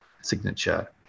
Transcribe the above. signature